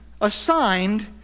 assigned